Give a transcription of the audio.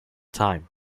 time